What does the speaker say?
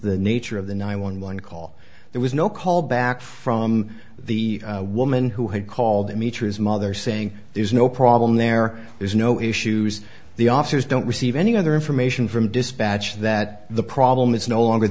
the nature of the nine one one call there was no call back from the woman who had called dimitris mother saying there's no problem there is no issues the officers don't receive any other information from dispatch that the problem is no longer